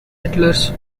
settlers